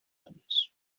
años